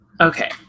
okay